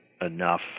enough